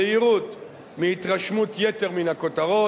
זהירות מהתרשמות יתר מן הכותרות.